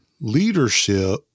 leadership